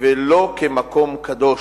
ולא כמקום קדוש.